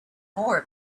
more